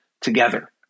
together